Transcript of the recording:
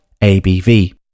ABV